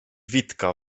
witka